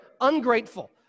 ungrateful